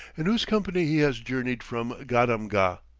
in whose company he has journeyed from gadamgah.